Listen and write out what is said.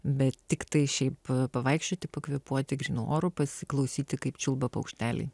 bet tiktai šiaip pavaikščioti pakvėpuoti grynu oru pasiklausyti kaip čiulba paukšteliai